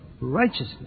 righteousness